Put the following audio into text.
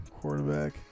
quarterback